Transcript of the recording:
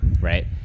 Right